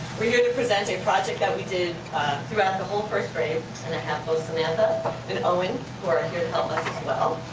we're here to present a project that we did throughout the whole first grade, and i and have both samantha and owen who are here to help us as well.